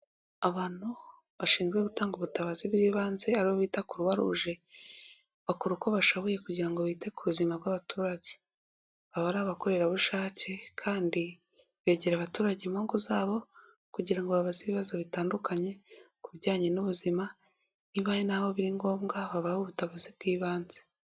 Abantu bashinzwe gutanga ubutabazi bw'ibanze ari abo bita crox rouge, bakora uko bashoboye kugira ngo bite ku buzima bw'abaturage. Baba ari abakorerabushake kandi begera abaturage mu ngo zabo, kugira ngo babaze ibibazo bitandukanye ku bijyanye n'ubuzima, niba hari n'aho biri ngombwa babahe ubutabazi bw'ibanze.